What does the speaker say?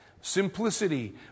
Simplicity